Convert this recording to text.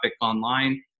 online